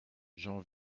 j’en